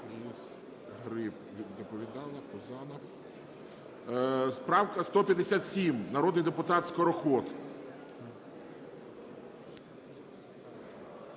Правка 157, народний депутат Скороход.